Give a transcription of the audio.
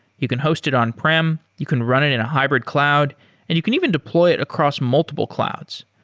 you can host it on-prem, you can run it in a hybrid cloud and you can even deploy it across multiple clouds.